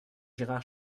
gérard